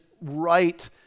right